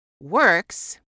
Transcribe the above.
works